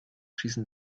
schießen